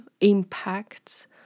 impacts